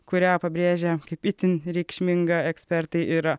kurią pabrėžia kaip itin reikšmingą ekspertai yra